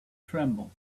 tremble